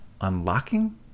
unlocking